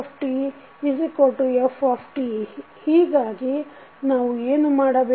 a1dytdta0ytft ಹೀಗಾಗಿ ನಾವು ಏನು ಮಾಡಬೇಕು